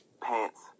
Pants